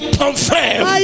confirm